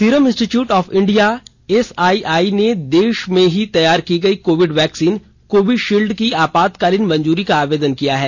serum Institute of India SII ने देश में ही तैयार की गयी कोविड वैक्सीन कोविशील्ड की आपातकालीन मंजूरी का आवेदन किया है